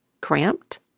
cramped